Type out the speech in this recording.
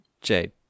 Jade